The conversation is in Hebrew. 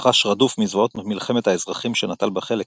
החש רדוף מזוועות המלחמת האזרחים שנטל בה חלק,